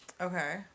Okay